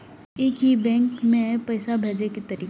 एक ही बैंक मे पैसा भेजे के तरीका?